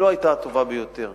היא לא היתה הטובה ביותר.